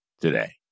today